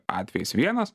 atvejais vienas